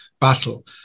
battle